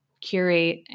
curate